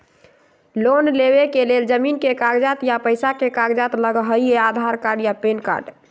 Loan लेवेके लेल जमीन के कागज या पेशा के कागज लगहई या आधार कार्ड या पेन कार्ड?